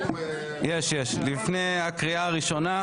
לפני הקריאה הראשונה.